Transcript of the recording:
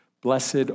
Blessed